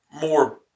more